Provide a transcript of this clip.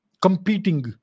competing